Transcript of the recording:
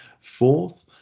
Fourth